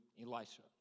Elisha